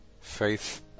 faith